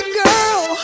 girl